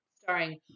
Starring